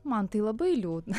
man tai labai liūdna